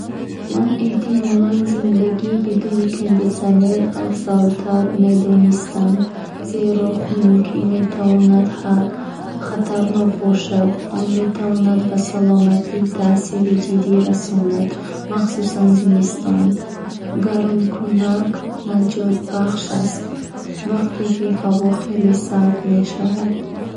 Ман эҳтимолан зиндагӣ бидуни кондисионерро афзалтар медонистам, аз зиндагӣ бе гармкунак. Чаро? Зеро хунукӣ метавонад хатарнок бошад. Он метавонад ба саломатӣ таъсири ҷиддӣ расонад, махсусан зимистон. Гармкунак наҷотбахш аст, вақте ки ҳаво хеле сард мешавад. Аммо гармиро то андозае метавон таҳаммул кард.